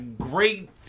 great